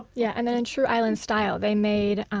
yeah and in in true island style, they made